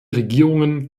regierungen